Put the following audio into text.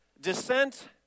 descent